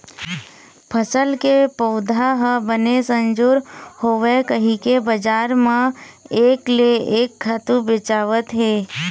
फसल के पउधा ह बने संजोर होवय कहिके बजार म एक ले एक खातू बेचावत हे